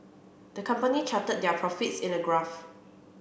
the company charted their profits in a graph